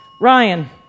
Ryan